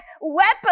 weapons